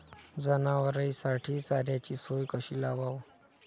जनावराइसाठी चाऱ्याची सोय कशी लावाव?